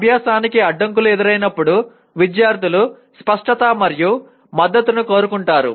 అభ్యాసానికి అడ్డంకులు ఎదురైనప్పుడు విద్యార్థులు స్పష్టత మరియు మద్దతును కోరుకుంటారు